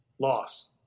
Loss